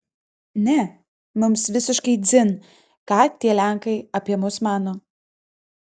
ne mums visiškai dzin ką tie lenkai apie mus mano